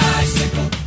Bicycle